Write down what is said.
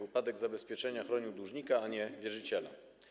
Upadek zabezpieczenia chronił dłużnika, a nie wierzyciela.